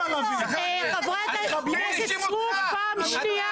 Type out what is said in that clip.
חברת הכנסת אורית סטרוק, פעם שנייה.